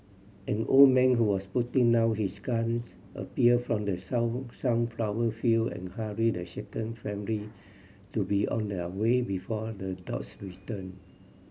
an old man who was putting down his guns appeared from the sun sunflower field and hurried the shaken family to be on their way before the dogs return